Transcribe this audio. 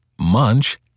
munch